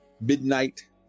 midnight